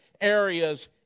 areas